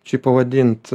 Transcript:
čia pavadint